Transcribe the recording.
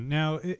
now